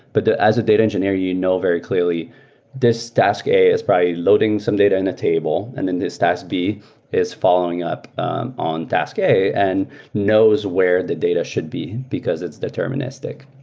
but as a data engineer, you know very clearly this task a is probably loading some data in the table, and then this task b is following up on task a and knows where the data should be, because it's deterministic.